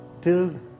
till